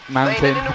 mountain